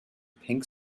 pink